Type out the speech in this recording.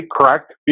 correct